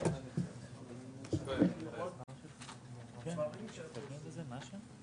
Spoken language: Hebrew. הישיבה ננעלה בשעה 10:35.